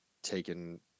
taken